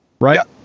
Right